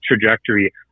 trajectory